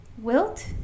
Wilt